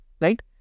Right